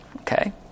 Okay